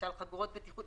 למשל חגורות בטיחות,